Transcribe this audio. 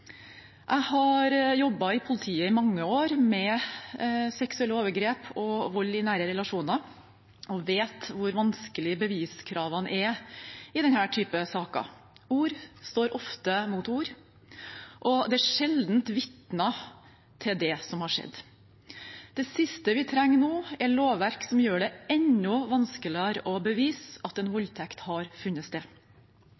Jeg har i mange år jobbet i politiet med seksuelle overgrep og vold i nære relasjoner og vet hvor vanskelig beviskravene er i denne typen saker. Ord står ofte mot ord, og det er sjelden vitner til det som har skjedd. Det siste vi trenger nå, er lovverk som gjør det enda vanskeligere å bevise at en